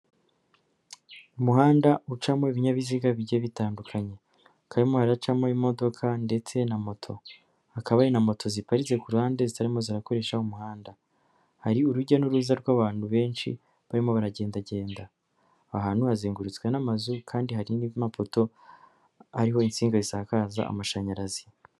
Umuhanda ucamo ibinyabiziga bigie bitandukanye, hakaba harimo haracamo imodoka ndetse na moto, hakaba hari na moto ziparitse ku ruhande zitarimo zirakoresha umuhanda, hari urujya n'uruza rw'abantu benshi barimo baragendagenda aho ahantu hazengurutswe n'amazu kandi harin'amapoto ariho insinga zisakaza amashanyarazi.